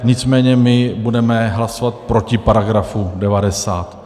Nicméně my budeme hlasovat proti § 90.